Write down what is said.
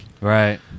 Right